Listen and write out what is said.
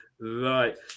Right